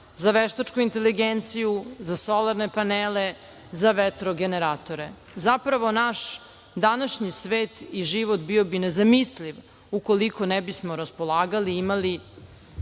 za veštačku inteligenciju, za solarne panele, za vetrogeneratore. Zapravo, naš današnji svet i život bio bi nezamisliv ukoliko ne bismo raspolagali i imali